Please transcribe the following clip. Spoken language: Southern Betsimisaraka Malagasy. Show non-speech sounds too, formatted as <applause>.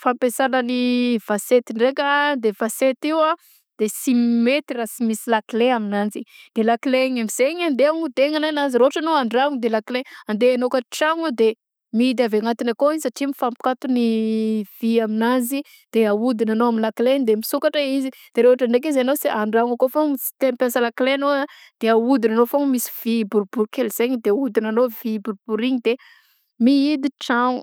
Fampiasana ny vasety ndraika de vasety io a de sy mety ra sy misy lakile aminanjy de lakile igny aminzegny andeha anodegnana agnazy ra ôhatra enao an-dragno de lakile andeha anôkatry tragno mihidy avy agnatiny akao iny satria mifapikatony <hesitation> vy aminanzy de ahodigna anao amy lakile igny de misokatra izy, de ra ôhatra ndraiky izy enao an-dragno akao foagna sy te apiasa lakile anao de aodinao foagnany misy vy boribory kely zay de ahodigna anao vy boribory igny de mihidy tragno.